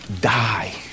Die